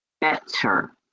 better